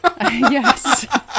Yes